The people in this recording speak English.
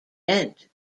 end